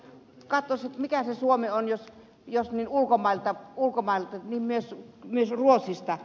sitähän katsottaisiin ulkomailta että mikä se suomi on myös ruotsista